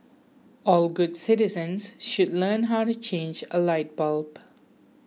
all good citizens should learn how to change a light bulb